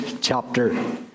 chapter